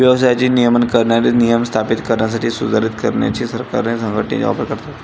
व्यवसायाचे नियमन करणारे नियम स्थापित करण्यासाठी, सुधारित करण्यासाठी सरकारे संघटनेचा वापर करतात